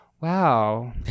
wow